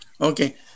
okay